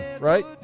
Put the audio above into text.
right